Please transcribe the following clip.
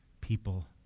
people